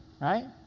right